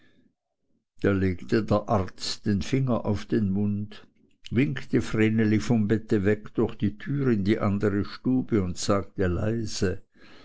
da legte der arzt den finger auf den mund winkte vreneli vom bette weg durch die türe in die andere stube und sagte leise